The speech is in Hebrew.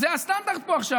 זה הסטנדרט פה עכשיו.